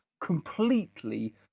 completely